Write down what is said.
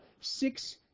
six